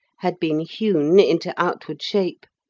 had been hewn into outward shape,